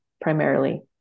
primarily